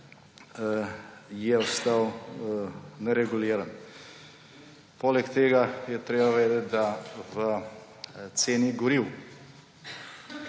je ostal nereguliran. Poleg tega je treba vedeti, da v ceni goriv